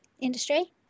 industry